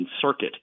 Circuit